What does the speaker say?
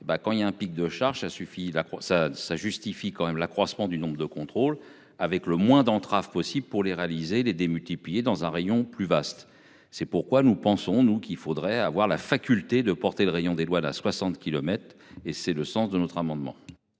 quand il y a un pic de charges ça suffit là. Ça, ça justifie quand même l'accroissement du nombre de contrôles avec le moins d'entraves possible pour les réaliser les démultiplier dans un rayon plus vaste. C'est pourquoi nous pensons nous qu'il faudrait avoir la faculté de porter le rayon des douanes à 60 kilomètres et c'est le sens de notre amendement.